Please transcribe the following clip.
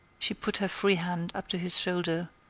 she put her free hand up to his shoulder,